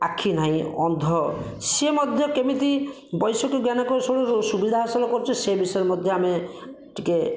ଆଖି ନାହିଁ ଅନ୍ଧ ସିଏ ମଧ୍ୟ କେମିତି ବୈଷୟିକ ଜ୍ଞାନ କୌଶଳରୁ ସୁବିଧା ହାସଲ କରୁଛି ସେ ବିଷୟରେ ଆମେ ଟିକେ